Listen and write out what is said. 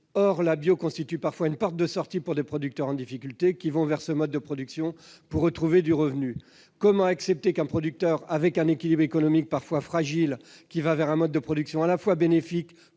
Or le bio constitue parfois une porte de sortie pour les producteurs en difficulté, qui vont vers ce mode de production pour retrouver du revenu. Comment accepter qu'un producteur, dont l'équilibre économique de l'exploitation est parfois fragile, qui va vers un mode de production à la fois bénéfique